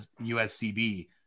USCB